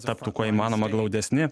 taptų kuo įmanoma glaudesni